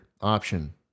option